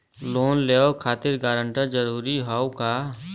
Loan लेवब खातिर guarantor जरूरी हाउ का?